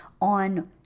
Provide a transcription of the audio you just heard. on